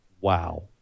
Wow